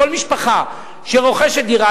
לכל משפחה שרוכשת דירה,